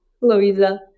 Louisa